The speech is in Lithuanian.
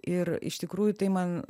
ir iš tikrųjų tai man